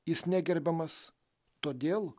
jis negerbiamas todėl